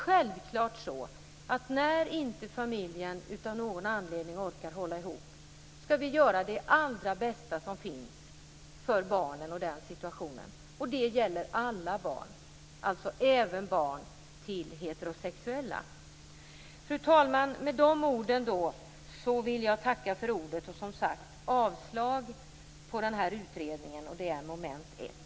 Självklart skall vi, när familjen av någon anledning inte orkar hålla ihop, göra det allra bästa för barnen i den situationen. Det gäller alla barn, alltså även barn till heterosexuella. Fru talman! Härmed vill jag tacka för ordet. Jag yrkar, som sagt, avslag beträffande mom.1 och nämnda utredning.